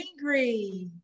angry